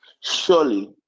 Surely